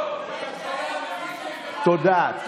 תודה.